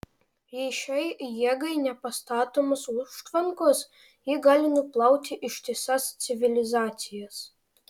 jei šiai jėgai nepastatomos užtvankos ji gali nuplauti ištisas civilizacijas